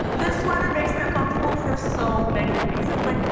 this sweater makes me uncomfortable for so many reasons. like,